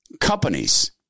companies